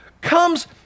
comes